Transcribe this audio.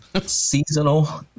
Seasonal